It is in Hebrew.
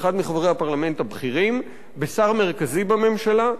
באחד מחברי הפרלמנט הבכירים, בשר מרכזי בממשלה,